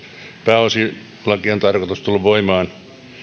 pääosin lakien on tarkoitus tulla voimaan